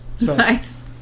Nice